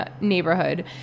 neighborhood